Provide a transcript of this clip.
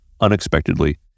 unexpectedly